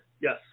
Yes